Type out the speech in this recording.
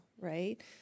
right